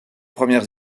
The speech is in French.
premières